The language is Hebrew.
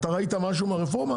אתה ראית משהו מהרפורמה?